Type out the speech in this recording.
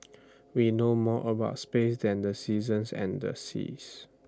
we know more about space than the seasons and the seas